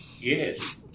Yes